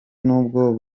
n’ubwo